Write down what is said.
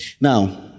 Now